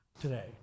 today